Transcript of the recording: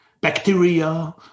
bacteria